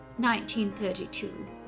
1932